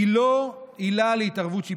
זה לא עילה להתערבות שיפוטית.